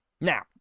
now